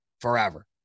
forever